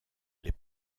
les